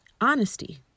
honesty